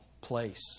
place